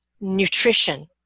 nutrition